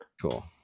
Cool